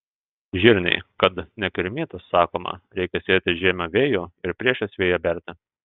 žirniai kad nekirmytų sakoma reikia sėti žiemiu vėju ir priešais vėją berti